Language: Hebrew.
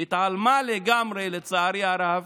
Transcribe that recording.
התעלמה לגמרי, לצערי הרב,